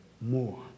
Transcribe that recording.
more